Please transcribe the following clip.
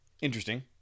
Interesting